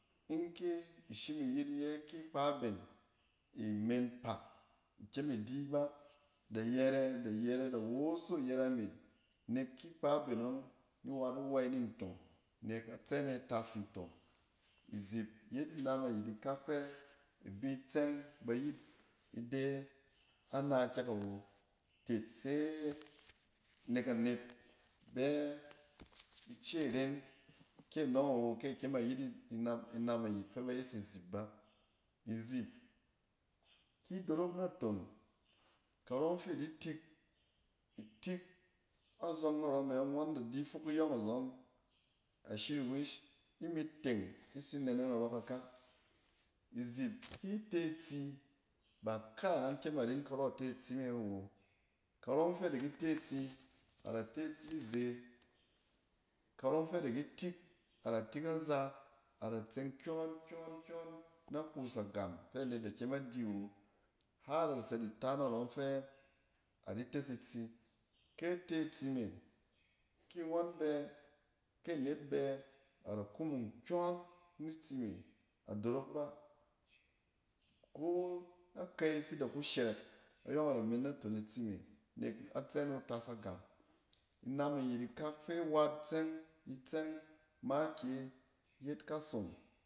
In ke ishim iyit iye ki ikpa aben, imen pak, iykem idi ba. Da yɛrɛ, da yɛrɛ da woso iyarɛ me nak ki ikpa aben nɔng, ni iwat iwɛy ni ntong, nek atsɛn e tas ntong. Izip yet inam ayit ikak fɛ ibi itsɛng. Ba yit ide ana kɛk awo tit se nek anet bɛ ice ren, kɛ nɔng awo kɛ akyem ayit inam-inam ayit fɛ ba yes izip ba. Izip, ki idorok na ton, karɔng fi idi tik, itik azɔng narɛ me ang ngɔon da di fok iyɔng azɔng ashiriwish imi teng itsii nɛnɛng narɔ kakak. izip ki ite itsi, ba kaangan kyem aren karɔ ite itsi, ba kaangan kyem aren karɔ ite itsi me ba. Karɔng fɛ ada ki te itsi, ada te itsi ze, karɔng fɛ adi ki tik ada tik aza. Ada tsang kyɔn-kyɔng kyɔn na kus agam fɛ anet da kyem adi won har ada tse di ta narɔng fɛ adi tes itsi. Kɛ te tsi me, ki ngɔn bɛ, kɛ anet bɛ, ada kumung kyɔn na tsi, me, adorok ba. Ko akai fida ku shɛrɛk, ayɔng ada men naton atsi me nɔk atsɛn wu tas agam. Inam iyit ikak fi wat tsɛng, itsɛng makiyi, yet kasom.